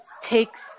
takes